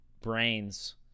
brains